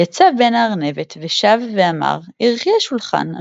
יצא בן-הארנבת ושב ואמר “ערכי השלחן,